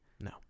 No